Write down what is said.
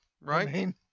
Right